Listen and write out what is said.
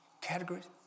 categories